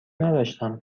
نداشتم